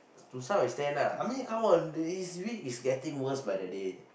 to some extent lah I mean come on the his week is getting worse by the day